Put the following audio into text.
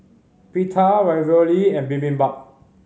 Pita Ravioli and Bibimbap